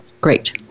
Great